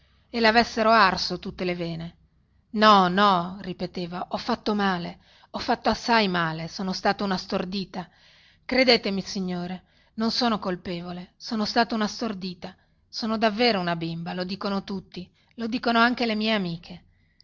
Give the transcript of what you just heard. e le avessero arso tutte le vene no no ripeteva ho fatto male ho fatto assai male sono stata una stordita credetemi signore non sono colpevole sono stata una stordita sono davvero una bimba lo dicono tutti lo dicono anche le mie amiche